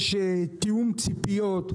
יש תיאום ציפיות,